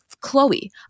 Chloe